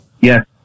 Yes